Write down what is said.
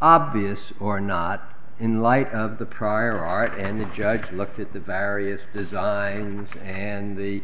obvious or not in light of the prior art and the judge looked at the various designs and the